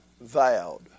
vowed